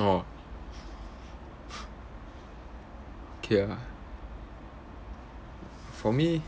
orh okay ah for me